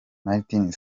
martin